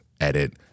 edit